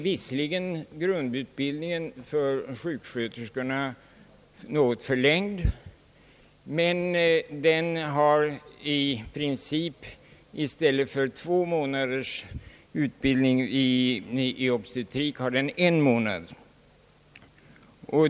Visserligen är grundutbildningen för sjuksköterskorna något förlängd, men i stället för två månaders utbildning i obstetrik har de i princip en månad.